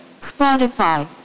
Spotify